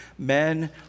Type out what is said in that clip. Men